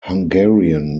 hungarian